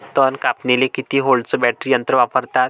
तन कापनीले किती व्होल्टचं बॅटरी यंत्र वापरतात?